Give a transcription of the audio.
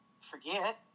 forget